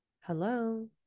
hello